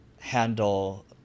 handle